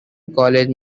college